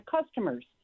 customers